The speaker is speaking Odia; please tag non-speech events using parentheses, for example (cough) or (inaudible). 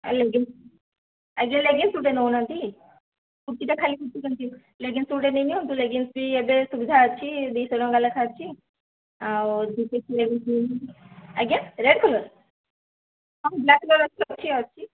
ଲେଗିଂସ୍ ଆଜ୍ଞା ଲେଗିଂସ୍ ଗୋଟେ ନେଉନାହାନ୍ତି କୁର୍ତ୍ତୀଟା ଖାଲି କୁର୍ତ୍ତୀ କେମିତି ଲେଗିଂସ୍ ଗୋଟେ ନେଇନିଅନ୍ତୁ ଲେଗିଂସ୍ ବି ଏବେ ସୁବିଧା ଅଛି ଦୁଇ ଶହ ଟଙ୍କା ଲେଖା ଅଛି ଆଉ (unintelligible) ଆଜ୍ଞା ରେଡ୍ କଲର୍ ହଁ ବ୍ଲାକ୍ କଲର୍ ଅଛି ଅଛି